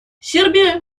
сербия